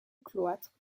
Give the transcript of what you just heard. cloître